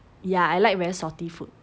ya I like very salty food